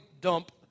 dump